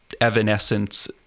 Evanescence